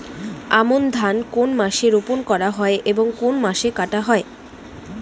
আমন ধান কোন মাসে রোপণ করা হয় এবং কোন মাসে কাটা হয়?